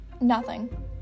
Nothing